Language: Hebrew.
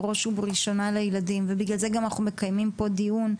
בראש ובראשונה לילדים ובגלל זה גם אנחנו מקיימים פה דיון,